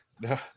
No